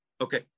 Okay